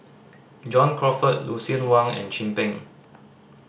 John Crawfurd Lucien Wang and Chin Peng